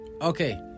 Okay